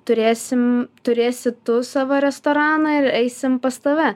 turėsim turėsi tu savo restoraną ir eisim pas tave